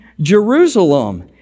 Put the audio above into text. Jerusalem